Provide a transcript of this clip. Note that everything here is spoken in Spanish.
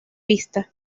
vista